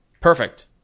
Perfect